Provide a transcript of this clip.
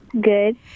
Good